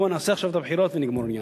בוא נעשה עכשיו את הבחירות ונגמור עניין.